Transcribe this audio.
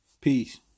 Peace